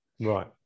right